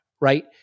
right